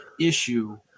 Issue